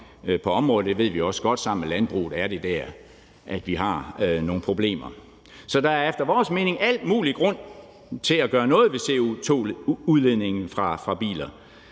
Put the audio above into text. på området, det ved vi også godt – sammen med landbruget er det der, vi har nogle problemer. Så der er efter vores mening al mulig grund til at gøre noget ved CO2-udledningen fra biler.